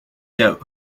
doubt